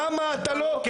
חבר הכנסת איתמר בן גביר,